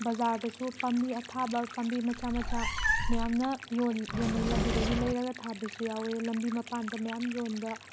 ꯕꯖꯥꯔꯗꯁꯨ ꯄꯥꯝꯕꯤ ꯑꯊꯥꯕ ꯄꯥꯝꯕꯤ ꯃꯆꯥ ꯃꯆꯥ ꯃꯌꯥꯝꯅ ꯌꯣꯜ ꯌꯣꯟꯅꯩ ꯑꯗꯨꯗꯒꯤ ꯂꯩꯔꯒ ꯊꯥꯕꯁꯨ ꯌꯥꯎꯋꯦ ꯂꯝꯕꯤ ꯃꯄꯥꯟꯗ ꯃꯌꯥꯝ ꯌꯣꯟꯕ